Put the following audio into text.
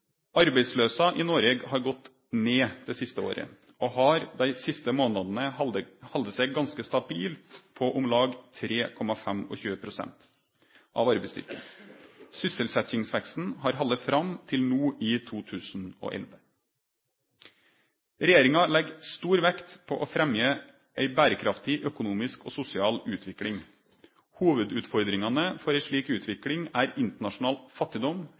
Arbeidsløysa i Noreg har gått ned det siste året og har dei siste månadene halde seg ganske stabil på om lag 31/4 pst. av arbeidsstyrken. Sysselsetjingsveksten har halde fram til no i 2011. Regjeringa legg stor vekt på å fremje ei berekraftig økonomisk og sosial utvikling. Hovudutfordringane for ei slik utvikling er internasjonal fattigdom,